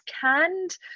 canned